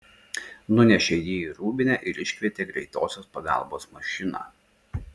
nunešė jį į rūbinę ir iškvietė greitosios pagalbos mašiną